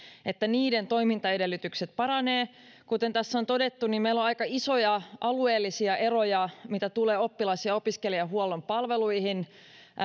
toimintaedellytykset paranevat kuten tässä on todettu niin meillä on aika isoja alueellisia eroja mitä tulee oppilas ja opiskelijahuollon palveluihin